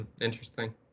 Interesting